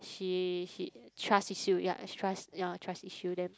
she she trust issue yea trust yea trust issue them